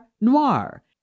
Noir